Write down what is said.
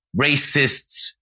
racists